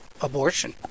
abortion